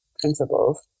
principles